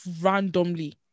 randomly